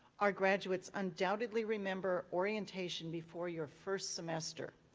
our graduates undoubtedly remember orientation before your first semester.